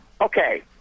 Okay